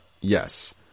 yes